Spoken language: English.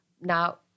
Now